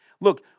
Look